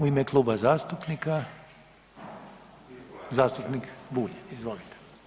U ime kluba zastupnika zastupnik Bulj, izvolite.